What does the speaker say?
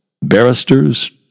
Barristers